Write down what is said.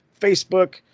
Facebook